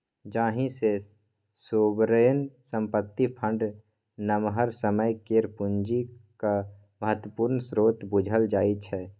जाहि सँ सोवरेन संपत्ति फंड नमहर समय केर पुंजीक महत्वपूर्ण स्रोत बुझल जाइ छै